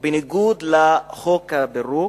בניגוד לחוק הפירוק,